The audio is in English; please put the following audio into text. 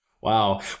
Wow